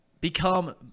become